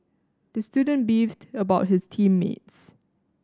the student beefed about his team mates